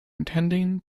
intending